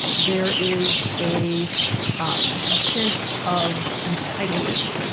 there is a um ah sense of entitlement.